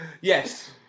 Yes